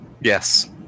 Yes